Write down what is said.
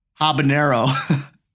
Habanero